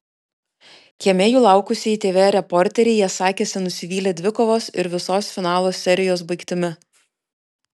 kieme jų laukusiai tv reporterei jie sakėsi nusivylę dvikovos ir visos finalo serijos baigtimi